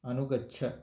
अनुगच्छ